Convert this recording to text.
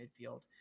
midfield